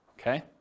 okay